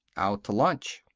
out to lunch.